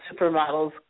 supermodels